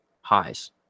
highs